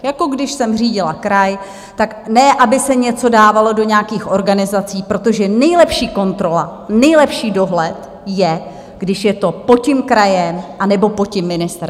Jako když jsem řídila kraj ne aby se něco dávalo do nějakých organizací, protože nejlepší kontrola, nejlepší dohled je, když je to pod tím krajem anebo pod tím ministerstvem.